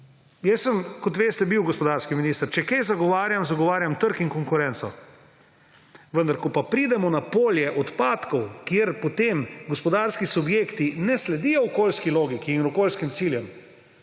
Jaz sem, kot veste, bil gospodarski minister. Če kaj zagovarjam, zagovarjam trg in konkurenco. Vendar ko pa pridemo na polje odpadkov, kjer potem gospodarski subjekti ne sledijo okoljski logiki in okoljskim ciljem,